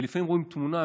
ולפעמים רואים תמונה,